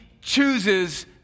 chooses